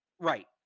Right